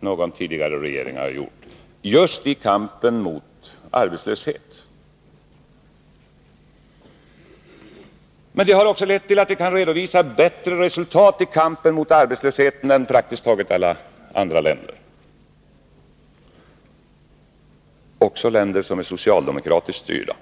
någon tidigare regering har gjort just i kampen mot arbetslösheten. Det har också lett till att vi kan redovisa bättre resultat i denna kamp än praktiskt taget alla andra länder — också länder som är socialdemokratiskt styrda.